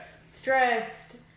Stressed